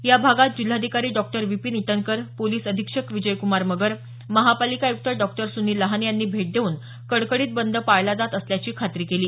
या भागात जिल्हाधिकारी डॉ विपिन ईटनकर पोलीस अधीक्षक विजयक्मार मगर महापालिका आयुक्त डॉ सुनिल लहाने यांनी भेट देऊन कडकडीत बंद पाळला जात असल्याची खात्री केली